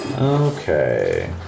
Okay